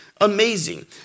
amazing